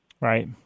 right